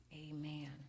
Amen